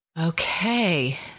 Okay